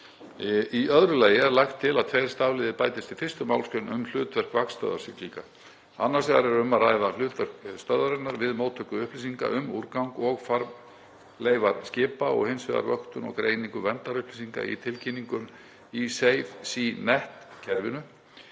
Í öðru lagi er lagt til að tveir stafliðir bætist við 1. mgr. um hlutverk vaktstöðvar siglinga. Annars vegar er um að ræða hlutverk stöðvarinnar við móttöku upplýsinga um úrgang og farmleifar skipa og hins vegar vöktun og greiningu verndarupplýsinga í tilkynningum í SafeSeaNet-kerfinu.